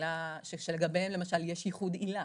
שלגביהן יש ייחוד עילה.